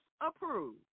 approved